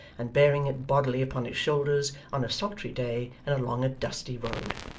and bearing it bodily upon his shoulders on a sultry day and along a dusty road.